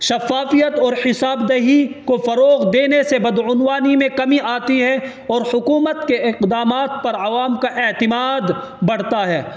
شفافیت اور حساب دہی کو فروغ دینے سے بدعنوانی میں کمی آتی ہے اور حکومت کے اقدامات پر عوام کا اعتماد بڑھتا ہے